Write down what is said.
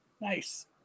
Nice